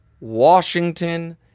Washington